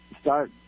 start